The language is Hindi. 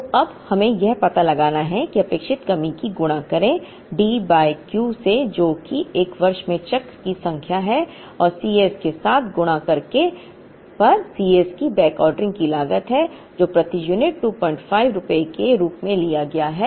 तो अब हमे यह पता लगाना है कि अपेक्षित कमी को गुणा करें D बाय Q से जो कि एक वर्ष में चक्र की संख्या है और Cs के साथ गुणा करने पर Cs की बैकऑर्डरिंग की लागत है जो प्रति यूनिट 25 रुपये के रूप में लिया गया है